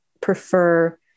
prefer